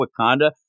Wakanda